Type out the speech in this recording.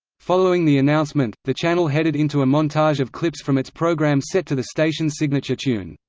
following the announcement, the channel headed into a montage of clips from its programmes set to the station's signature tune,